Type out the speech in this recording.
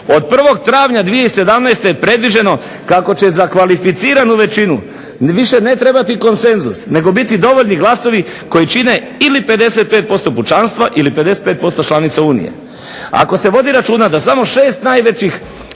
od 1.travnja 2017. predviđeno kako će za kvalificiranu većinu više ne trebati konsenzus nego biti dovoljni glasovi koji čine ili 55% pučanstva ili 55% članice Unije. Ako se vodi računa da samo 6 najvećih